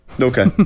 Okay